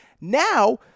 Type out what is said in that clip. Now